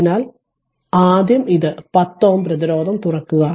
അതിനാൽ ആദ്യം ഇത് 10 Ω പ്രതിരോധം തുറക്കുക